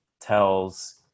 tells